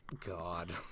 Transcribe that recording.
God